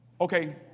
Okay